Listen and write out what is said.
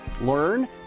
learn